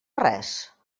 res